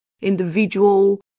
individual